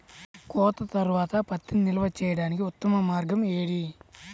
కోత తర్వాత పత్తిని నిల్వ చేయడానికి ఉత్తమ మార్గం ఏది?